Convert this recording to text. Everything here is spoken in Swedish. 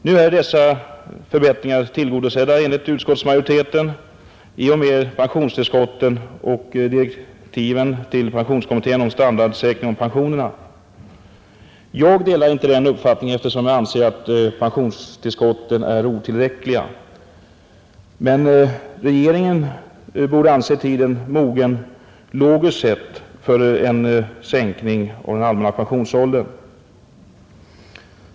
Nu är dessa förbättringar tillgodosedda, enligt utskottsmajoriteten, i och med pensionstillskotten och direktiven till pensionskommittén om standardsäkring av pensionerna. Jag delar inte den uppfattningen, eftersom jag anser att pensionstillskotten är otillräckliga, men regeringen borde anse tiden mogen, logiskt sett, för en sänkning av den allmänna pensionsåldern.